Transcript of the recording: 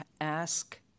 ask